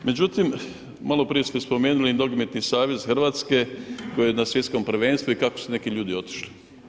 Međutim, malo prije ste spomenuli Nogometni savez Hrvatske koji je na svjetskom prvenstvu i kako su neki ljudi otišli.